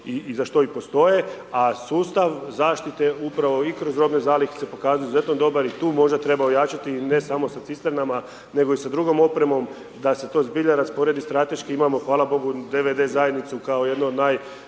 i za što i postoje, a sustav zaštite upravo i kroz robne zalihe se pokazuje izuzetno dobar i tu možda treba ojačati ne samo sa cisternama, nego i sa drugom opremom, da se to zbilja rasporedi strateški imamo hvala Bogu DVD zajednicu kao jednu od